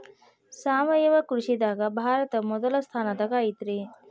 ಸಾವಯವ ಕೃಷಿದಾಗ ಭಾರತ ಮೊದಲ ಸ್ಥಾನದಾಗ ಐತ್ರಿ